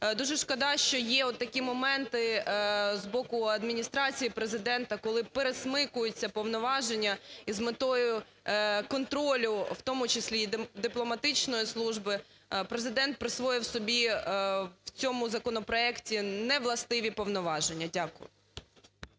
Дуже школа, що є от такі моменти з боку Адміністрації Президента, коли пересмикуються повноваження з метою контролю, в тому числі і дипломатичної служби. Президент присвоїв собі в цьому законопроекті невластиві повноваження. Дякую.